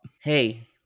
Hey